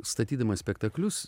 statydamas spektaklius